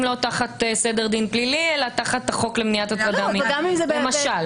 לא תחת סדר דין פלילי אלא תחת החוק למניעת הטרדה מינית למשל.